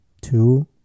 two